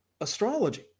astrology